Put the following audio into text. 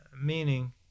Meaning